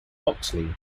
oxley